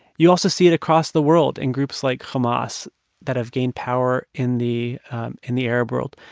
you also see it across the world in groups, like, hamas that have gained power in the in the arab world.